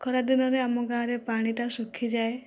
ଖରାଦିନରେ ଆମ ଗାଁରେ ପାଣିଟା ଶୁଖିଯାଏ